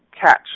catch